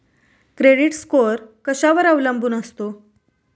Credit score कशावर अवलंबून असतो?